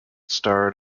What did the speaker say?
starred